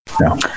No